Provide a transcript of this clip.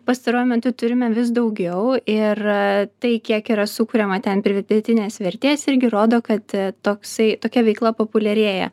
pastaruoju metu turime vis daugiau ir tai kiek yra sukuriama ten pridėtinės vertės irgi rodo kad toksai tokia veikla populiarėja